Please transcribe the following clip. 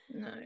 No